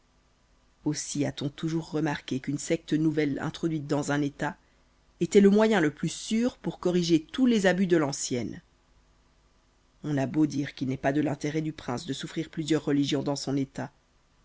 aussi a-t-on toujours remarqué qu'une secte nouvelle introduite dans un état était le moyen le plus sûr pour corriger tous les abus de l'ancienne on a beau dire qu'il n'est pas de l'intérêt du prince de souffrir plusieurs religions dans son état